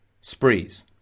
sprees